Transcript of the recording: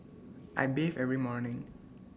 I bathe every morning